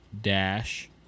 dash